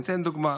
אני אתן דוגמה: